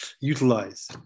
utilize